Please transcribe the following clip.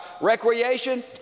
recreation